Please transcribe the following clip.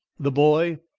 the boy,